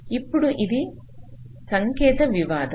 ఇప్పుడు ఇది సంకేత వివాదం